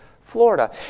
Florida